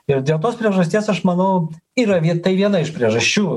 ir dėl tos priežasties aš manau yra tai viena iš priežasčių